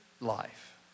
life